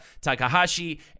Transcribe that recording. Takahashi